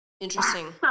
Interesting